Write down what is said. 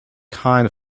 kind